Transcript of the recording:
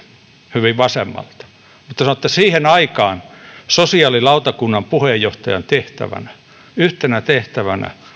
hyvin vasemmalta hän sanoi että siihen aikaan sosiaalilautakunnan puheenjohtajan yhtenä tehtävänä